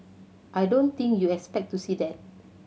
I don't think you'd expect to see that